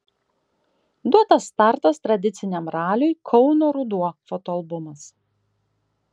duotas startas tradiciniam raliui kauno ruduo fotoalbumas